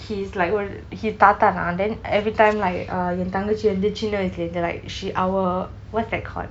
he is like ஒரு:oru he தாத்தா தான்:thatta thaan then everytime like uh என் தங்கச்சி வந்து சின்ன வயசிலிருந்து:en thangachi chinna vayasilirunthu like she our what's that called